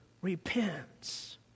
repents